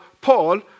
Paul